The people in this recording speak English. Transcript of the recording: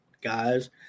guys